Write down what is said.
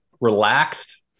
relaxed